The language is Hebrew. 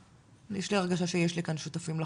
יש לי הרגשה שיש לי כאן שותפים לחוק.